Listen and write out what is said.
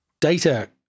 data